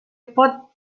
pot